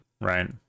right